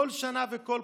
כל שנה וכל בחירות.